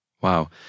Wow